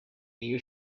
new